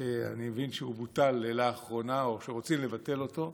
שאני מבין שהוא בוטל לאחרונה או שרוצים לבטל אותו.